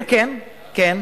כן.